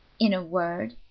in a word,